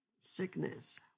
Sickness